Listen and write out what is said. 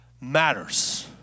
matters